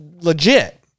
legit